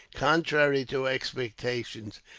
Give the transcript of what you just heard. contrary to expectation,